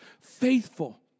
faithful